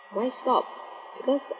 don't stop because